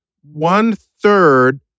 one-third